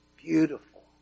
Beautiful